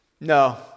No